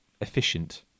efficient